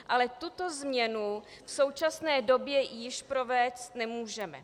Ale tuto změnu v současné době již provést nemůžeme.